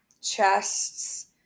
chests